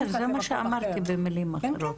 בסדר, זה מה שאמרתי במילים אחרות.